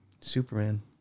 Superman